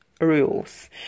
rules